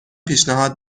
پیشنهاد